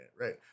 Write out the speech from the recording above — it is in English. right